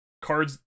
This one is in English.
cards